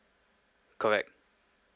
correct